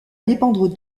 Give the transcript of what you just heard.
dépendre